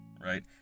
Right